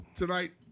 Tonight